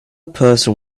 person